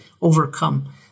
overcome